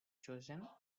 chosen